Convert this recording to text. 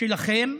שלכם,